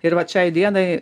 ir vat šiai dienai